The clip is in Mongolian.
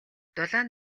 дулаан